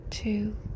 two